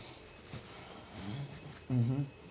hmm mmhmm